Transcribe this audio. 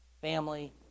family